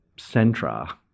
centra